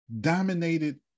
dominated